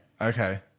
okay